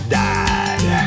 died